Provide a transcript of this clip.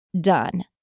done